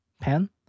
pen